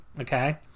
okay